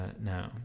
now